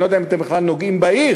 אני לא יודע אם אתם בכלל נוגעים בעיר.